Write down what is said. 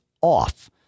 off